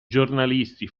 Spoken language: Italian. giornalisti